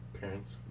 parents